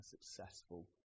successful